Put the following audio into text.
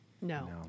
No